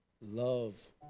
love